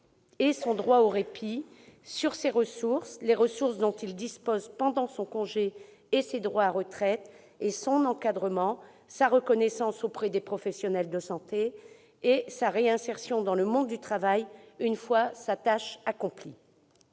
et son droit au répit ; les ressources dont il dispose pendant son congé et ses droits à retraite ; enfin, son encadrement, sa reconnaissance auprès des professionnels de santé et sa réinsertion dans le monde du travail, une fois sa tâche accomplie.